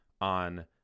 on